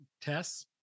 Tess